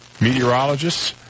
meteorologists